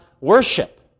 worship